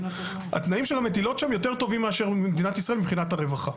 התנאים של המטילות שם יותר טובים מאשר במדינת ישראל מבחינת הרווחה.